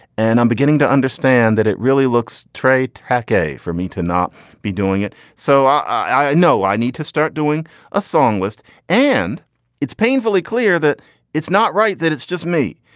and i'm beginning to understand that it really looks trade tacky for me to not be doing it. so i know i need to start doing a song list and it's painfully clear that it's not right, that it's just me.